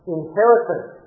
inheritance